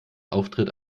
auftritt